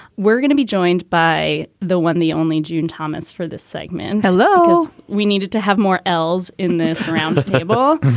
we're gonna be joined by the one the only joan thomas for this segment. hello. we needed to have more ls in this round table.